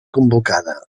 convocada